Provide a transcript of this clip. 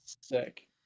sick